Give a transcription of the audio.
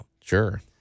Sure